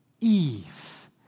Eve